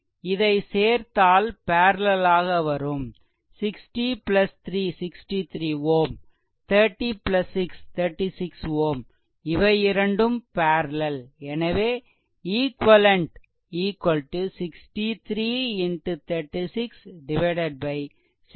இதை சேர்த்தால் பேரலெல் ஆக வரும் 603 63 Ω 306 36 Ω இவை இரண்டும் பேரலெல் எனவே ஈக்வெலென்ட் 6336 22